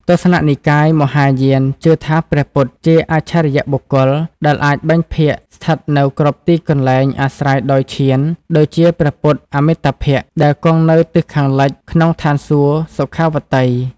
ទស្សនៈនិកាយមហាយានជឿថាព្រះពុទ្ធជា អច្ឆរិយបុគ្គល ដែលអាចបែងភាគស្ថិតនៅគ្រប់ទីកន្លែងអាស្រ័យដោយឈាន ដូចជាព្រះពុទ្ធ អមិតាភៈ ដែលគង់នៅទិសខាងលិចក្នុងឋានសួគ៌ សុខាវតី។